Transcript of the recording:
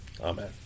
Amen